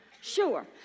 Sure